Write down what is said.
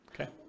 okay